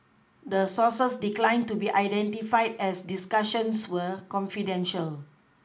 the sources declined to be identified as the discussions were confidential